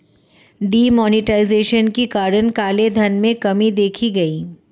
D monetization के कारण काले धन में कमी देखी गई